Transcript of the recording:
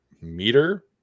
meter